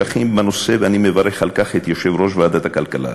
ואני מברך על כך את יושב-ראש ועדת הכלכלה.